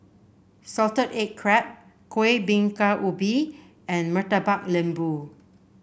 Salted Egg Crab Kueh Bingka Ubi and Murtabak Lembu